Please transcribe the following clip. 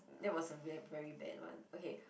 that was a very very bad [one] okay